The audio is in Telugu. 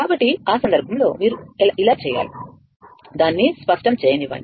కాబట్టి ఆ సందర్భంలో మీరు ఇలా చేయాలి దానిని స్పష్టం చేయనివ్వండి